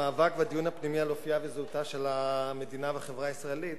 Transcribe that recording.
המאבק והדיון הפנימי על אופיה וזהותה של המדינה ושל החברה הישראלית